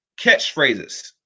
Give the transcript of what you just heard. catchphrases